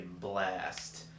blast